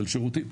של שירותים.